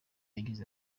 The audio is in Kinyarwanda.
yagize